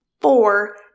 Four